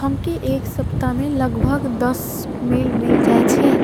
हमकी एक सप्ता में लगबख दस मेल मिल जाएच्छे